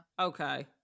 okay